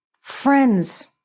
Friends